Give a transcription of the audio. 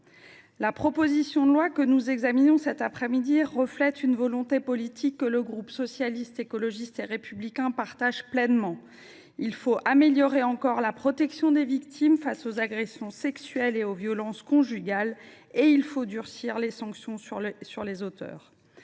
La proposition de loi que nous examinons cet après midi reflète une volonté politique que le groupe Socialiste, Écologiste et Républicain partage pleinement. Il faut améliorer encore la protection des victimes face aux agressions sexuelles et aux violences conjugales, et durcir les sanctions prononcées